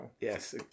Yes